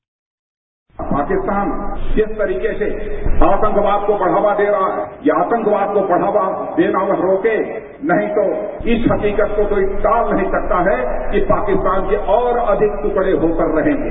bite Rajnath Singh Pakistan जिस तरीके से आतंकवाद को बढ़ावा दे रहा है यह आतंकवाद को बढ़ावा देना वह रोके नहीं तो इस हकीकत को कोई टाल नहीं सकता है कि पाकिस्तान के और अधिक टुकड़े होकर रहेंगे